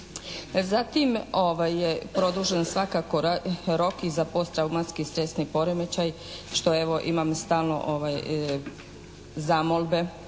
Zatim, produžen svakako rok i za posttraumatski stresni poremećaj što evo, imam stalno zamolbe